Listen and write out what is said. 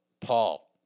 Paul